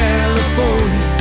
California